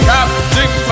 Captain